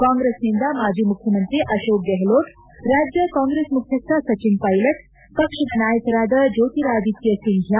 ಕಾಂಗ್ರೆಸ್ನಿಂದ ಮಾಜಿ ಮುಖ್ಚಮಂತ್ರಿ ಅಕೋಕ್ ಗೆಹ್ಲೋಟ್ ರಾಜ್ಯ ಕಾಂಗ್ರೆಸ್ ಮುಖ್ಚಿಸ್ಟ ಸಚಿನ್ ಪೈಲಟ್ ಪಕ್ಷದ ನಾಯಕರಾದ ಜ್ಲೋತಿರಾದಿತ್ಲ ಸಿಂಧ್ಲ